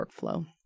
workflow